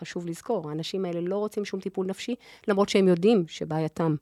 חשוב לזכור, האנשים האלה לא רוצים שום טיפול נפשי למרות שהם יודעים שבעייתם.